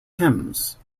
hymns